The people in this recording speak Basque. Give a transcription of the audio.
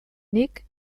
nik